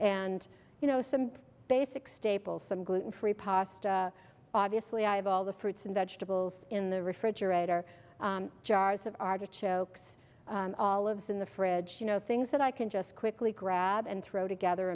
and you know some basic staples some gluten free pasta obviously i have all the fruits and vegetables in the refrigerator jars of artichokes all of us in the fridge you know things that i can just quickly grab and throw together